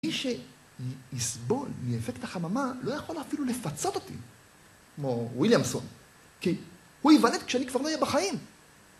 מי שיסבול מאפקט החממה לא יכול אפילו לפצות אותי כמו וויליאמסון כי הוא יוולד כשאני כבר לא יהיה בחיים